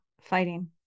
fighting